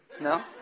No